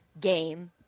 game